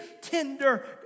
tender